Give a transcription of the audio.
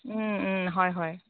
হয় হয়